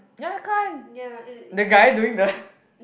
yeah I can't the guy doing the